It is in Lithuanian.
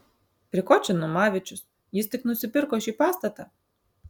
prie ko čia numavičius jis tik nusipirko šį pastatą